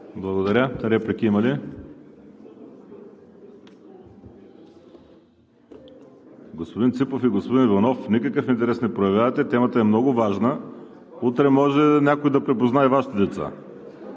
Благодаря. Реплики има ли? Господин Ципов и господин Иванов, никакъв интерес не проявявате. Темата е много важна. Утре може някой да припознае Вашите деца